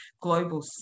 global